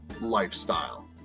lifestyle